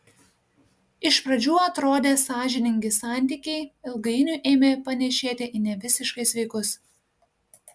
iš pradžių atrodę sąžiningi santykiai ilgainiui ėmė panėšėti į nevisiškai sveikus